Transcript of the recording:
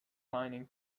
mining